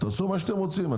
תעשו מה שאתם רוצים.